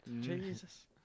Jesus